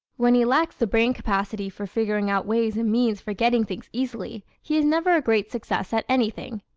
when he lacks the brain capacity for figuring out ways and means for getting things easily he is never a great success at anything.